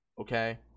Okay